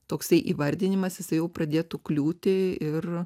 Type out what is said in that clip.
toksai įvardinimas jisai jau pradėtų kliūti ir